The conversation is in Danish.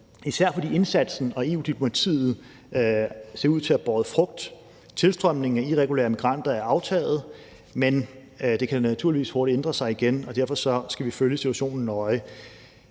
Især fordi indsatsen og EU-diplomatiet ser ud til at have båret frugt. Tilstrømningen af irregulære migranter er aftaget, men det kan naturligvis hurtigt ændre sig igen, og derfor skal vi følge situationen nøje.